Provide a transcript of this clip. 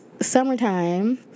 summertime